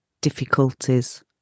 difficulties